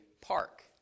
park